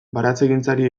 baratzegintzari